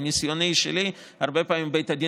מניסיוני שלי הרבה פעמים בית הדין